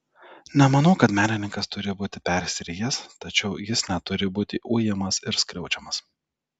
nemanau kad menininkas turi būti persirijęs tačiau jis neturi būti ujamas ir skriaudžiamas